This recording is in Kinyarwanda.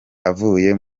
avuye